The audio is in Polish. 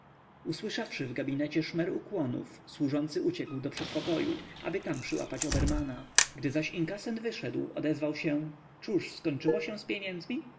co usłyszawszy w gabinecie szmer ukłonów służący uciekł do przedpokoju aby tam przyłapać obermana gdy zaś inkasent wyszedł odezwał się cóż skończyło się z pieniędzmi